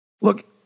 Look